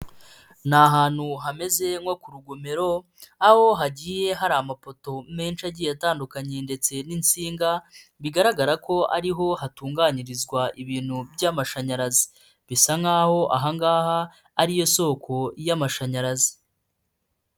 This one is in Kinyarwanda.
Ni ahantu hameze nko ku rugomero, aho hagiye hari amapoto menshi agiye atandukanye ndetse n'insinga, bigaragara ko ariho hatunganyirizwa ibintu by'amashanyarazi. Bisa nkaho ahangaha, ariyo soko y'amashanyarazi.